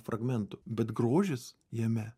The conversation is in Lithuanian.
fragmentų bet grožis jame